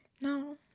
no